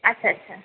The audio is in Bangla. আচ্ছা আচ্ছা